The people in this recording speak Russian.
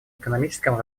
экономическом